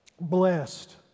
blessed